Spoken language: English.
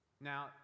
Now